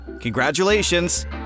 congratulations